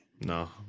No